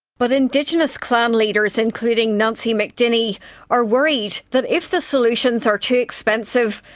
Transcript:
but indigenous clan leaders including nancy mcdinny are worried that if the solutions are too expensive,